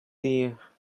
dear